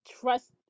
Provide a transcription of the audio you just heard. trust